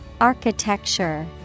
Architecture